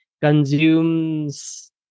consumes